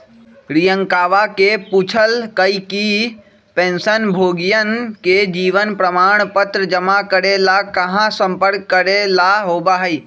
रियंकावा ने पूछल कई कि पेंशनभोगियन के जीवन प्रमाण पत्र जमा करे ला कहाँ संपर्क करे ला होबा हई?